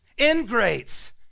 Ingrates